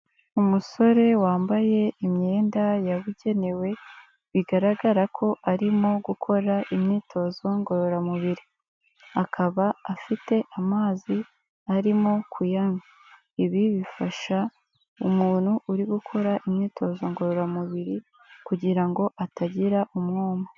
Umusore wambaye imyenda yabugenewe bigaragara ko arimo gukora imyitozo ngororamubiri, akaba afite amazi arimo kuyanywa, ibi bifasha umuntu uri gukora imyitozo ngororamubiri kugira ngo atagira umwuma.